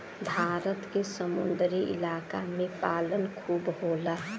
भारत के समुंदरी इलाका में पालन खूब होला